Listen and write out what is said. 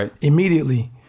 immediately